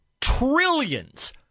trillions